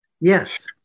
Yes